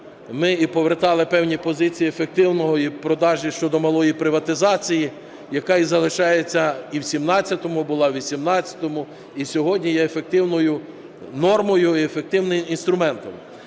Ми і повертали певні позиції ефективного і продажі щодо малої приватизації, яка і залишається, і в 17-му була, в 18-му, і сьогодні є ефективною нормою і ефективним інструментом.